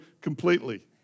completely